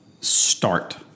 start